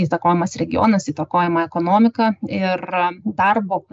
įtakojamas regionas įtakojama ekonomika ir darbo